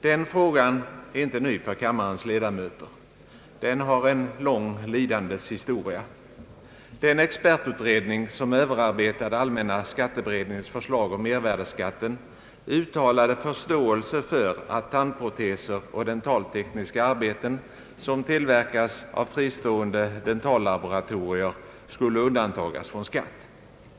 Den frågan är inte ny för kammarens ledamöter. Den har en lång lidandes historia. Den expertutredning som Ööverarbetade allmänna skatteberedningens förslag om mervärdeskatten uttalade förståelse för att tandproteser och dentaltekniska arbeten som tillverkas av fristående dentallaboratorier skulle undantagas från skatt.